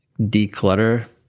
declutter